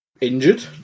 injured